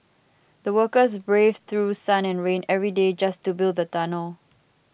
the workers braved through sun and rain every day just to build the tunnel